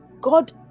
God